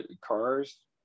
cars